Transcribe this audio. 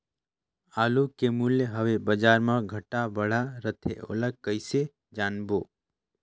आलू के मूल्य हवे बजार मा घाट बढ़ा रथे ओला कइसे जानबो?